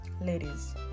Ladies